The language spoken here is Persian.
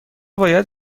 باید